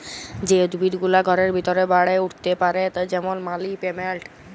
যে উদ্ভিদ গুলা ঘরের ভিতরে বাড়ে উঠ্তে পারে যেমল মালি পেলেলট